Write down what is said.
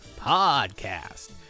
Podcast